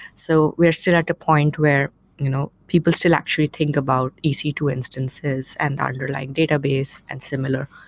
so we're still like a point where you know people still actually think about e c two instances and the underlying database and similar.